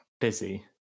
busy